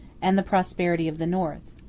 and the prosperity of the north.